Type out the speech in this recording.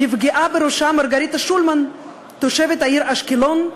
נפגעה בראשה מרגריטה שולמן, תושבת העיר אשקלון,